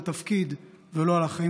תודה.